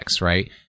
right